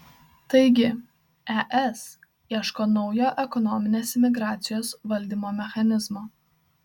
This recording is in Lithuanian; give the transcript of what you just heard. taigi es ieško naujo ekonominės imigracijos valdymo mechanizmo